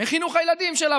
בחינוך הילדים שלה,